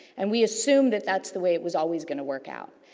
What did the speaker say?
and, we assume that that's the way it was always going to work out.